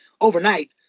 overnight